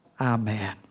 Amen